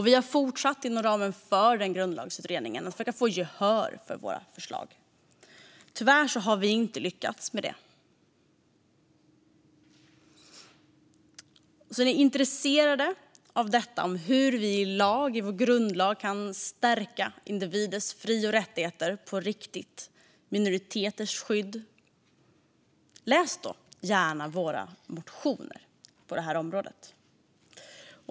Vi har fortsatt inom ramen för den grundlagsutredningen att försöka få gehör för våra förslag. Tyvärr har vi inte lyckats med det. Är ni intresserade av hur vi i vår grundlag kan stärka individers fri och rättigheter på riktigt och minoriteters skydd läs då gärna våra motioner på området.